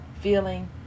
feeling